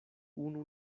unu